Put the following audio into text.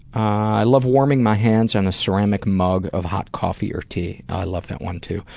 i love warming my hands on a ceramic mug of hot coffee or tea. i love that one, too.